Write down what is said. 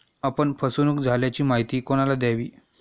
आपण फसवणुक झाल्याची माहिती कोणाला द्यावी?